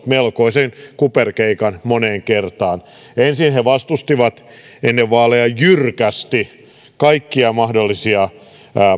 melkoisen kuperkeikan moneen kertaan ensin he vastustivat ennen vaaleja jyrkästi kaikkia mahdollisia